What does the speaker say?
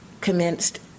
commenced